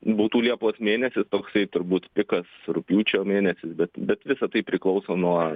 būtų liepos mėnesis toksai turbūt pikas rugpjūčio mėnesis bet bet visa tai priklauso nuo